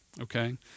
Okay